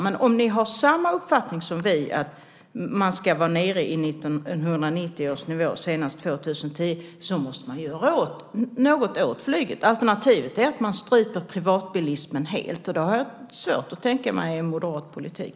Men om man har samma uppfattning som vi, nämligen att vi ska vara nere i 1990 års nivå senast 2010, inser man att vi måste göra något åt flyget. Alternativet är att helt strypa privatbilismen, och jag har svårt att tänka mig att det är moderat politik.